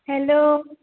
hello